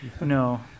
No